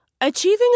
Achieving